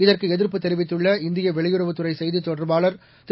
இதற்கு எதிர்ப்பு தெரிவித்துள்ள இந்திய வெளியுறவுத்துறை செய்தித் தொடர்பாளர் திரு